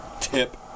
tip